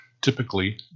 Typically